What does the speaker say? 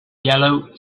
yellow